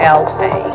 la